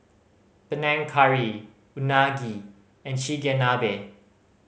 Panang Curry Unagi and Chigenabe